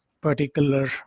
particular